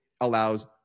allows